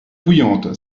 bouillante